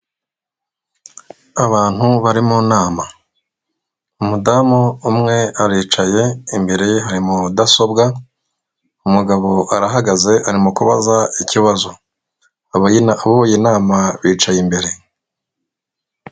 Abantu bari mu nama umudamu umwe aricaye imbere ye hari mudasobwa umugabo arahagaze arimo kubaza ikibazo abayoboye inama bicaye imbere.